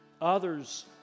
others